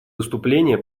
выступление